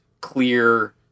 clear